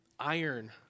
Iron